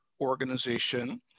organization